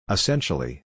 Essentially